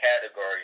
category